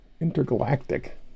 Intergalactic